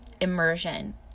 immersion